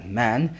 man